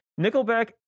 Nickelback